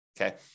Okay